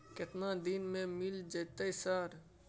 केतना दिन में मिल जयते सर?